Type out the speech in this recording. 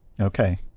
Okay